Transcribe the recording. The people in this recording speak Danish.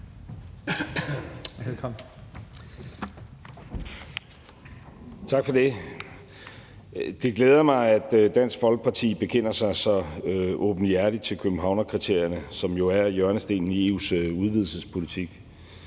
Tak for det. Det glæder mig, at Dansk Folkeparti bekender sig så åbenhjertigt til Københavnskriterierne , som jo er hjørnestenen i EU's udvidelsespolitik.